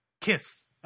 kiss